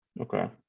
Okay